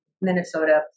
Minnesota